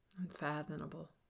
Unfathomable